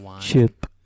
chip